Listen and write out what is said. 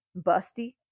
busty